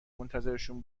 منتظرشون